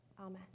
Amen